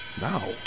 Now